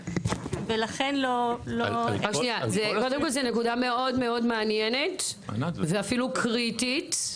קודם כול זאת נקודה מאוד מעניינת ואפילו קריטית.